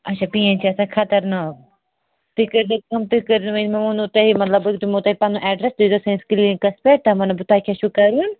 اچھا پین چھے اسان خطرناکھ تُہۍ کٔرۍ زیو کٲم تُہۍ کٔرۍ زیو یہِ مےٚ ووٚنمو تۄہہِ مطلب بہٕ دِمو تۄہہِ پنُن ایڈرس تُہۍ یی زیو سٲنس کلنِکس پیٹھ تۄہہِ ونو بہٕ تۄہہِ کیٛاہ چھُو کرُن